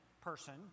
person